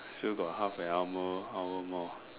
still got half an hour more hour more